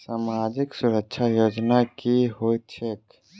सामाजिक सुरक्षा योजना की होइत छैक?